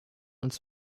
uns